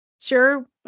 Sure